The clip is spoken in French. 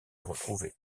retrouvés